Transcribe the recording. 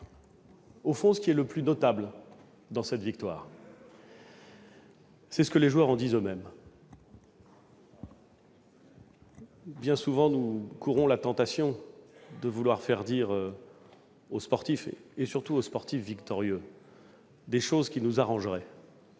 Au fond, ce qui est le plus notable dans cette victoire, c'est ce que les joueurs en disent eux-mêmes. Bien souvent, nous avons la tentation de faire dire aux sportifs, surtout lorsqu'ils sont victorieux, des choses qui nous arrangent.